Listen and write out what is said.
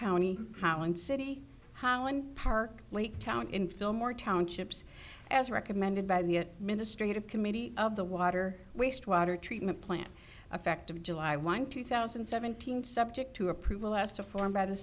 county howland city holland park lake town in fillmore townships as recommended by the ministry at a committee of the water wastewater treatment plant effect of july one two thousand and seventeen subject to approval asked a form by the